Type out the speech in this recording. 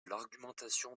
l’argumentation